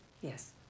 Yes